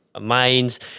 minds